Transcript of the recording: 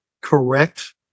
correct